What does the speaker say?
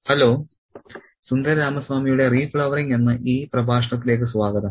hello Sundara രാമസ്വാമിയുടെ റീഫ്ലവറിങ് എന്ന ഈ പ്രഭാഷണത്തിലേക്ക് സ്വാഗതം